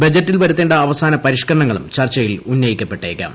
ബജറ്റിൽ വരുത്തേണ്ട അവസാന പരിഷ്ക്കരണങ്ങളും ചർച്ചയിൽ ഉന്നയിക്കപ്പെട്ടേക്കാം